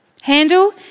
handle